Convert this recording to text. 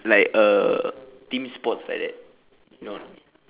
like uh team sports like that you know or not